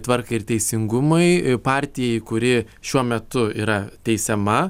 tvarkai ir teisingumui partijai kuri šiuo metu yra teisiama